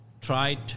tried